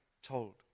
told